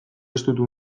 estutu